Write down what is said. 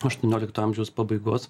aštuoniolikto amžiaus pabaigos